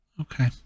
Okay